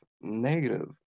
negative